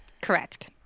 Correct